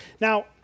Now